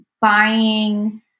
buying